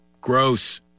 Gross